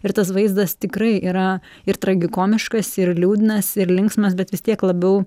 ir tas vaizdas tikrai yra ir tragikomiškas ir liūdnas ir linksmas bet vis tiek labiau